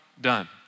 done